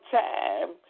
time